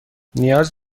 نیاز